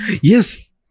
Yes